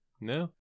No